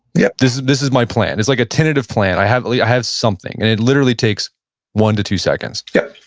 yeah this this is my plan. it's like a tentative plan. i have like i have something. and it literally takes one to two seconds yeah.